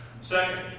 Second